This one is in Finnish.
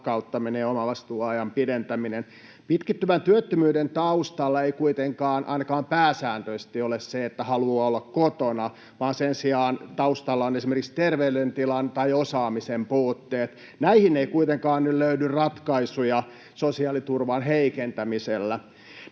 ja omavastuuajan pidentäminen. Pitkittyvän työttömyyden taustalla ei kuitenkaan ainakaan pääsääntöisesti ole se, että haluaa olla kotona, vaan sen sijaan taustalla on esimerkiksi terveydentilan tai osaamisen puutteet. Näihin ei kuitenkaan nyt löydy ratkaisuja sosiaaliturvan heikentämisellä.